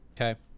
Okay